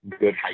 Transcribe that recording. good